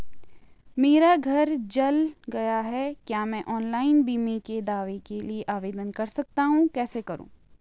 मेरा घर जल गया है क्या मैं ऑनलाइन बीमे के दावे के लिए आवेदन कर सकता हूँ कैसे करूँ?